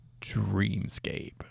Dreamscape